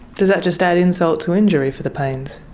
does that just add insult to injury for the paynes?